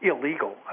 illegal